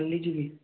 କାଲି ଯିବି